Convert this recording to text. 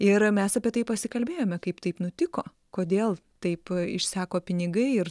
ir mes apie tai pasikalbėjome kaip taip nutiko kodėl taip išseko pinigai ir